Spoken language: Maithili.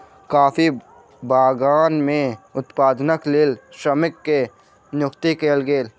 कॉफ़ी बगान में उत्पादनक लेल श्रमिक के नियुक्ति कयल गेल